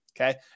okay